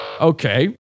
Okay